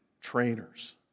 trainers